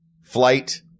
flight